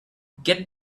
get